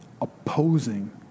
Opposing